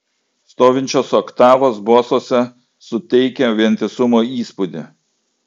stovinčios oktavos bosuose suteikia vientisumo įspūdį